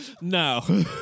No